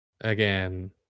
Again